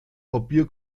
papier